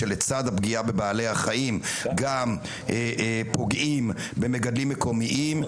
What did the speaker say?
שלצד הפגיעה בבעלי החיים גם פוגעים במגדלים מקומיים.